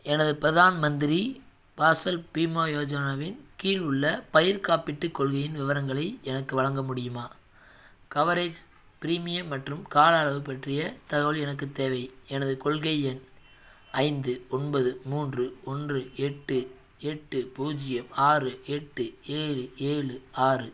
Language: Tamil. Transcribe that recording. எனது பிரதான் மந்திரி ஃபாசல் பீமா யோஜனாவின் கீழ் உள்ள பயிர் காப்பீட்டுக் கொள்கையின் விவரங்களை எனக்கு வழங்க முடியுமா கவரேஜ் ப்ரீமியம் மற்றும் கால அளவு பற்றிய தகவல் எனக்குத் தேவை எனது கொள்கை எண் ஐந்து ஒன்பது மூன்று ஒன்று எட்டு எட்டு பூஜ்ஜியம் ஆறு எட்டு ஏழு ஏழு ஆறு